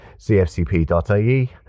cfcp.ie